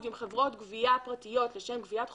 עם חברות גבייה פרטיות לשם גביית חובותיהן,